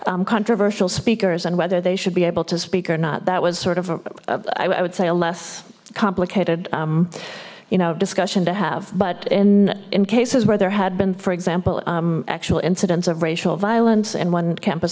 of controversial speakers and whether they should be able to speak or not that was sort of a i would say a less complicated you know discussion to have but in in cases where there had been for example actual incidents of racial violence and when campus